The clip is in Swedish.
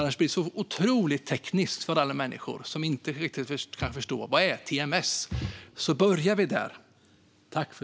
Annars blir det så otroligt tekniskt för dem som inte förstår vad det står för.